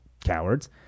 cowards